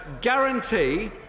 guarantee